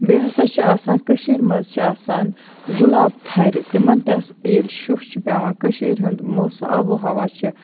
بیٚیہِ ہسا چھِ آسان کٔشیٖرِ منٛز چھِ آسان گُلاب تھَرِ تِمن تہِ ییٚلہِ شُہ چھُ پیٚوان کٔشیٖرِ ہُنٛد موس آبُہ ہَوا چھُ